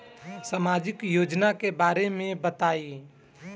सामाजिक योजना के बारे में बताईं?